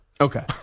Okay